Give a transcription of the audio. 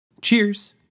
Cheers